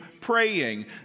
praying